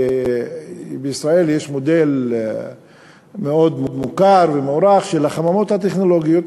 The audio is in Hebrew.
בישראל יש מודל מאוד מוכר ומוערך של החממות הטכנולוגיות.